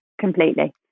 completely